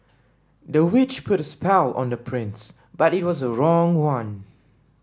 the witch put a spell on the prince but it was the wrong one